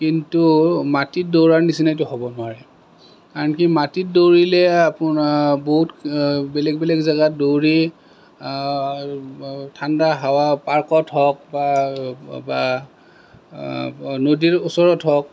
কিন্তু মাটিত দৌৰাৰ নিচিনা এইটো হ'ব নোৱাৰে কাৰণ কি মাটিত দৌৰিলে আপোনাৰ বহুত বেলেগ বেলেগ জেগাত দৌৰি ঠাণ্ডা হাৱা পাৰ্কত হওক বা নদীৰ ওচৰত হওক